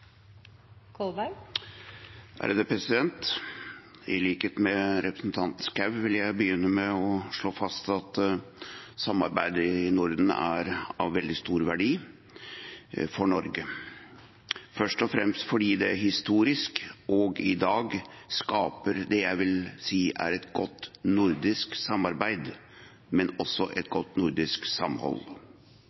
I likhet med representanten Schou vil jeg begynne med å slå fast at samarbeidet i Norden er av veldig stor verdi for Norge – først og fremst fordi det historisk og i dag skaper det jeg vil si er et godt nordisk samarbeid, men også et godt nordisk samhold.